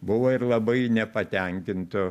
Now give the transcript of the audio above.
buvo ir labai nepatenkintų